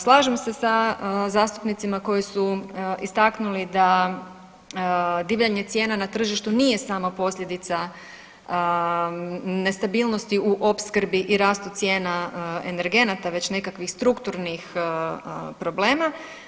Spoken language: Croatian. Slažem se sa zastupnicima koji su istaknuli da divljanje cijena na tržištu nije samo posljedica nestabilnosti u opskrbi i rastu cijena energenata već nekakvih strukturnih problema.